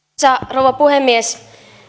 rouva puhemies